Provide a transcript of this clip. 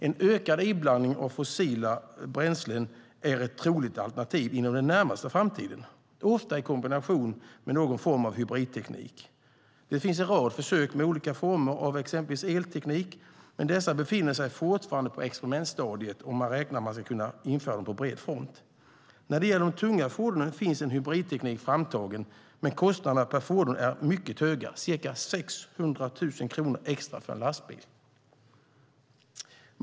En ökad iblandning av fossila bränslen är ett troligt alternativ inom den närmaste framtiden, ofta i kombination med någon form av hybridteknik. Det finns en rad försök med olika former av exempelvis elteknik, men dessa befinner sig fortfarande på experimentstadiet. Man räknar med att kunna införa dem på bred front. När det gäller de tunga fordonen finns en hybridteknik framtagen, men kostnaderna per fordon är mycket höga - ca 600 000 kronor extra för en lastbil.